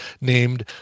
named